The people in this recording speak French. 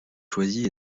choisie